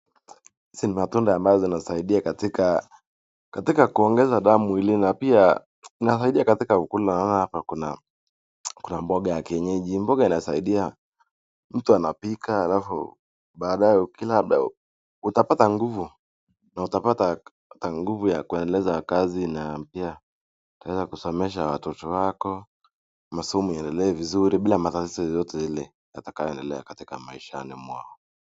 Hizi ni matunda ambazo zinasaidia katika kuongeza damu mwilini. Pia inasaidia katika , pia naona hapa kuna mboga ya kienyeji, mboga inasaidia. Mtu anapika alafu baadae ukila utappata nguvu, utapata nguvu ya kuendeleza kazi na pia utaweza kusomesha watoto wako vizuri bila matatiza yoyote ile yanaoendelea katika maishani mwao.